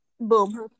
Boom